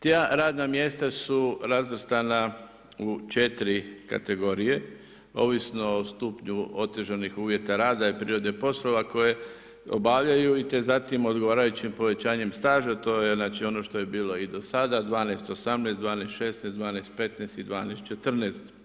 Ta radna mjesta su razvrstana u 4 kategorije, ovisno o stupnju otežanih uvjeta rada i prirode poslova koje obavljaju i te zatim odgovarajućim povećanjem staža to je znači ono što je bilo i do sada, 12 18, 12 16, 12 15 i 12 14.